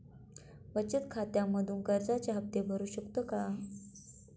बचत खात्यामधून कर्जाचे हफ्ते भरू शकतो का?